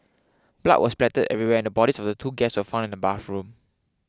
blood was spattered everywhere and the bodies of the two guests were found in the bathroom